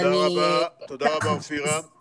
תודה רבה, אופירה.